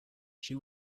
she